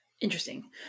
Interesting